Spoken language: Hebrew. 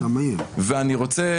אני רוצה